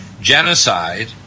genocide